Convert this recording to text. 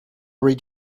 read